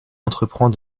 entreprend